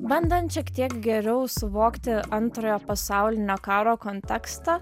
bandant šiek tiek geriau suvokti antrojo pasaulinio karo kontekstą